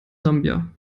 sambia